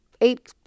eight